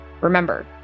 Remember